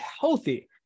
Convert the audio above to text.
healthy